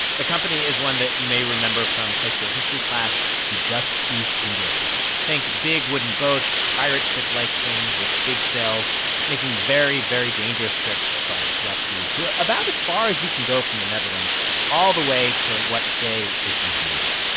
the company is one that you may remember from high school history class the dutch east india company. think big wooden boats, pirate ship-like things with big sails making very, very dangerous trips across rough seas to about as far as you can go from the netherlands all the way to what today is indonesia.